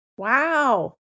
Wow